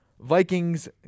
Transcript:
Vikings